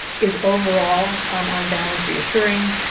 is overall um on balance reassuring.